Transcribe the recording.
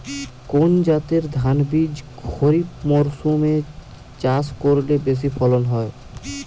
কোন জাতের ধানবীজ খরিপ মরসুম এ চাষ করলে বেশি ফলন হয়?